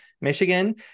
Michigan